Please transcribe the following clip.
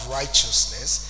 righteousness